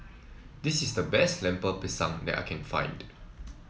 this is the best Lemper Pisang that I can find